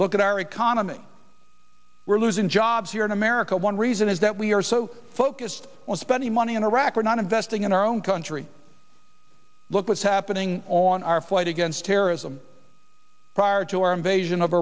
look at our economy we're losing jobs here in america one reason is that we're so focused on spending money in iraq we're not investing in our own country look what's happening on our fight against terrorism prior to our invasion of